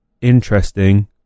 interesting